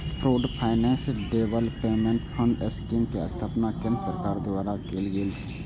pooled finance development fund scheme के स्थापना केंद्र सरकार द्वारा कैल गेल छै